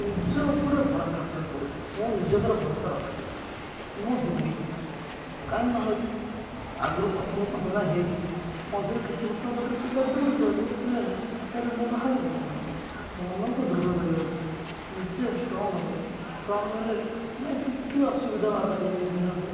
ନିଜ ଉପରେ ଭରସା ରଖିବାକୁ ପଡ଼ିବ ମୁଁ ନିଜ ଉପରେ ଭରସା ରଖିଥିଲି ମୁଁ ହେବି କାହିଁକି ନହେବି ଆଗରୁ ପ୍ରଥମରୁ ପଞ୍ଚମ ହୋଇଥିଲି ମଝିରେ କିଛି ବର୍ଷ ମୋ ଠାରୁ ପିଲା ଦୌଡ଼ି ଗଲେ ହେଲାନି ତାହେଲେ ମୁଁ କ'ଣ ହାରିଯିବି ନା କ'ଣ ମନକୁ ଦୃଢ଼ କରିବା ଉଚିତ ନିଜେ ଷ୍ଟ୍ରଙ୍ଗ ହେବା ଉଚିତ ଷ୍ଟ୍ରଙ୍ଗ ହେଲେ ନାଇଁ କିଛି ଅସୁବିଧା ବାଧା ବିଘ୍ନକୁ